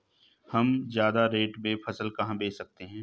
हम ज्यादा रेट में फसल कहाँ बेच सकते हैं?